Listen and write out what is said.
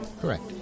Correct